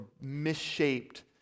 misshaped